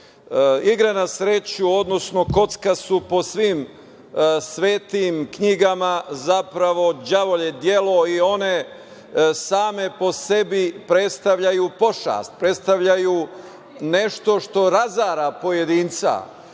na sreću, odnosno, kocka su po svim svetim knjigama zapravo đavolje delo i one same po sebi predstavljaju pošast, predstavljaju nešto što razara pojedinca.